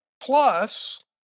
Plus